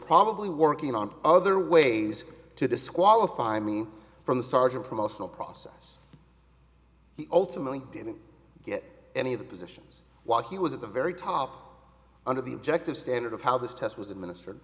probably working on other ways to disqualify me from the sergeant promotional process he ultimately didn't get any of the positions while he was at the very top under the objective standard of how this test was administer